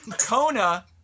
Kona